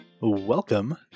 Welcome